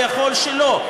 ויכול שלא.